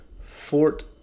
Fort